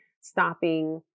stopping